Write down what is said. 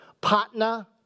Patna